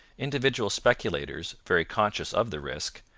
individual speculators, very conscious of the risk,